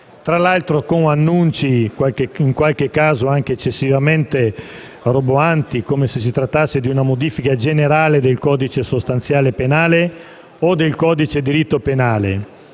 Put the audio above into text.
tra l'altro con annunci in qualche caso anche eccessivamente roboanti, come se si trattasse di una modifica generale del codice sostanziale penale o del codice di diritto penale.